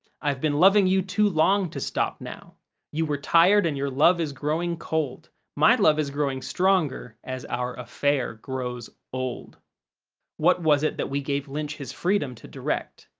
i've been loving you too long to stop now you were tired and your love is growing cold my love is growing stronger as our affair grows old what was it that we gave lynch his freedom to direct?